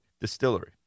distillery